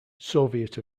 soviet